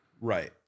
Right